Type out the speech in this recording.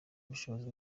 ubushobozi